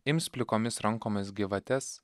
ims plikomis rankomis gyvates